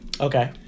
Okay